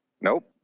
Nope